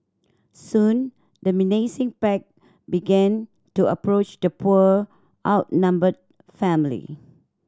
soon the menacing pack began to approach the poor outnumbered family